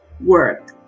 work